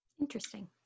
Interesting